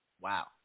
Wow